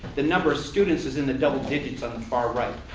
the number students is in the double digits on the far right.